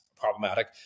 problematic